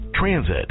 transit